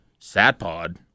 Satpod